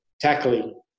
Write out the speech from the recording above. tackling